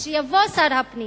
שיבוא שר הפנים